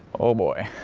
oh boy,